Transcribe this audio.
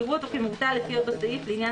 יראו אותו כמובטל לפי אותו סעיף לעניין